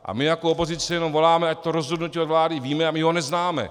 A my jako opozice jenom voláme, ať to rozhodnutí od vlády víme, a my ho neznáme.